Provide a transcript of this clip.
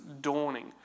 dawning